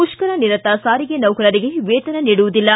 ಮುಷ್ಕರ ನಿರತ ಸಾರಿಗೆ ನೌಕರರಿಗೆ ವೇತನ ನೀಡುವುದಿಲ್ಲ